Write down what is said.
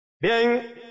Bien